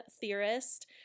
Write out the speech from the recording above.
theorist